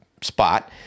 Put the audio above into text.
spot